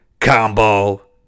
Combo